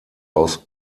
aus